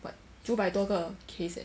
but 九百多个 case leh